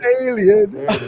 alien